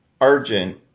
Argent